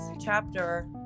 chapter